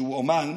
שהוא אומן,